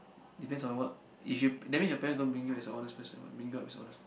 depends on what if you that means your parents don't bring you as a honest person what bring up as honest person